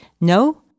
no